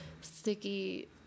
sticky